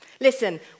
Listen